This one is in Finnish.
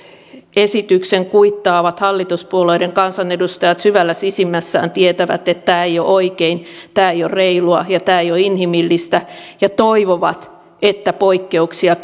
esityksen kuittaavat hallituspuolueiden kansanedustajat syvällä sisimmässään tietävät että tämä ei ole oikein tämä ei ole reilua ja tämä ei ole inhimillistä ja toivovat että poikkeuksia